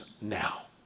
now